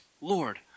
Lord